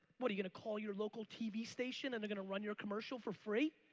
what are you gonna call your local tv station and they're gonna run your commercial for free?